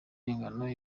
ingano